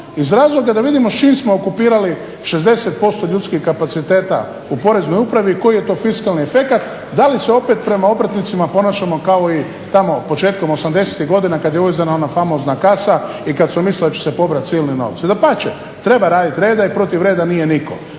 iz razloga da vidimo s čim smo okupirali 60% ljudskih kapaciteta u poreznoj upravi i koji je to fiskalni efekat, da li se opet prema obrtnicima ponašamo kao i tamo početkom 80-tih godina kada je uvezena ona famozna kasa i kad su mislili da će pobrati silni novci. Dapače treba raditi reda i protiv reda nije nitko.